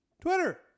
Twitter